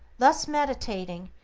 thus meditating,